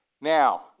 Now